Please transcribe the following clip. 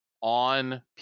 on